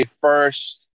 first